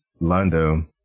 Lando